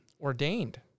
ordained